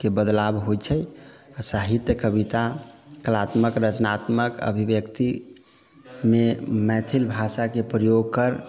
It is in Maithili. के बदलाव होइ छै आओर साहित्य कविता कलात्मक रचनात्मक अभिव्यक्तिमे मैथिली भाषाके प्रयोग कर